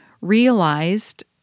realized